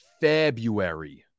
February